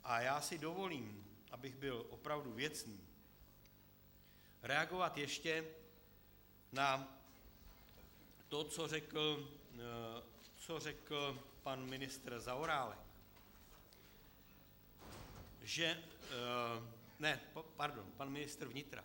A já si dovolím, abych byl opravdu věcný, reagovat ještě na to, co řekl pan ministr Zaorálek ne, pardon, pan ministr vnitra.